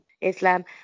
Islam